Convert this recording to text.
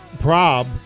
Prob